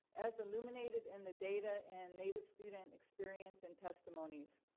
as illuminated in the data and made of student experience and testimonies.